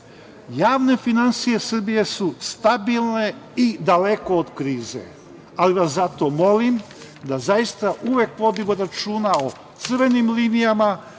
javne finansije Srbije su stabilne i daleko od krize. Ali, zato vas molim da zaista uvek vodimo računa o crvenim linijama,